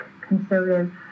conservative